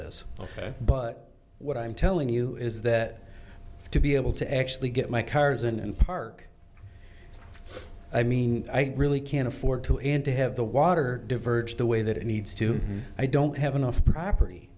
ok but what i'm telling you is that to be able to actually get my cars and park i mean i really can't afford to and to have the water diverge the way that it needs to i don't have enough property